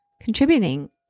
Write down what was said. contributing